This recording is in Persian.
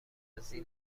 عوضی